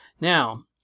Now